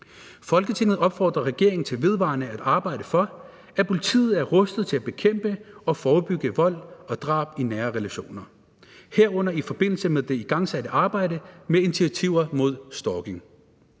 Folketinget opfordrer regeringen til vedvarende at arbejde for, at politiet er rustet til at bekæmpe og forebygge vold og drab i nære relationer, herunder i forbindelse med det igangsatte arbejde med initiativer mod stalking.